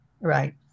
right